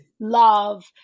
love